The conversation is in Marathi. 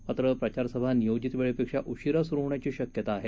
मात्र प्रचारसभा नियोजित वेळेपेक्षा उशीरा सुरु होण्याची शक्यता आहे